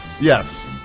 Yes